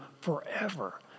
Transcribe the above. forever